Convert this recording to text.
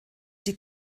die